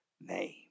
name